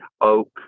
oak